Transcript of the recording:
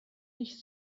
nicht